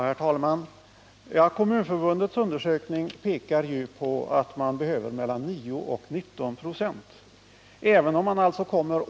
Herr talman! Kommunförbundets undersökning pekar på att kommunerna behöver mellan 9 och 19 96 i tilläggsbidrag.